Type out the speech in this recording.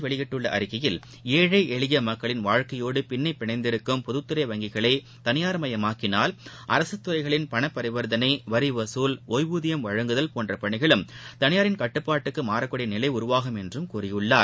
வெளியிட்டுள்ள அறிக்கையில் ஏழை எளிய மக்களின் வாழ்க்கையோடு அவர் இன்று பின்னிபிணைந்திருக்கும் பொதுத்துறை வங்கிகளை தனியார்மயமாக்கினால் அரகத்துறைகளின் பண பரிவர்த்தனை வரிவசூல் ஓய்வூதியம் வழங்குதல் போன்ற பணிகளும் தனியாரின் கட்டுப்பாட்டுக்கு மாறக்கூடிய நிலை உருவாகும் என்றும் கூறியுள்ளார்